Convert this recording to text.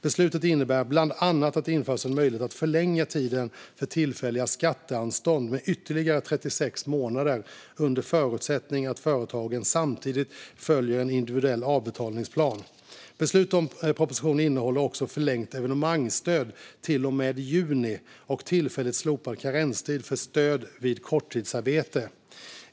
Beslutet innebär bland annat att det införs en möjlighet att förlänga tiden för tillfälliga skatteanstånd med ytterligare 36 månader under förutsättning att företagen samtidigt följer en individuell avbetalningsplan. Beslutet om propositionen innehåller också förlängt evenemangsstöd till och med juni och tillfälligt slopad karenstid för stöd vid korttidsarbete.